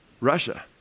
Russia